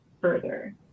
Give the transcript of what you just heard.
further